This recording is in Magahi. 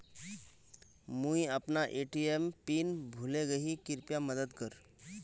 मुई अपना ए.टी.एम पिन भूले गही कृप्या मदद कर